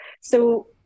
So-